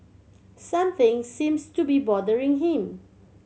something seems to be bothering him